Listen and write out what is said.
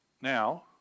now